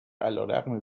علیرغم